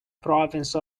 province